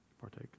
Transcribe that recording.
Partake